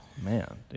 Man